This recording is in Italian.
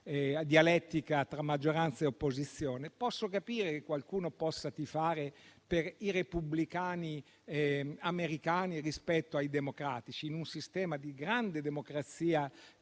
dialettica tra maggioranza e opposizione - che qualcuno possa tifare per i repubblicani americani, rispetto ai democratici, in un sistema di grande democrazia